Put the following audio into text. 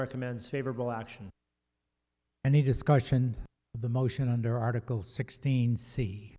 recommends favorable action and a discussion of the motion under article sixteen see